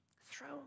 Throw